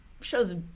show's